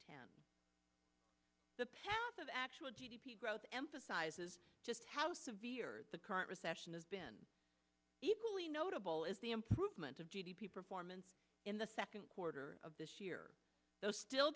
ten the path of actual g d p growth emphasises just how severe the current recession has been equally notable is the improvement of g d p performance in the second quarter of this year though still